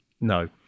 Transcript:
No